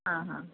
ആ ആ